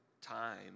time